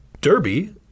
derby